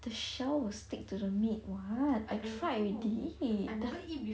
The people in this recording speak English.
the shell will stick to the meat one I tried already